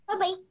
bye